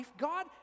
God